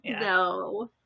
No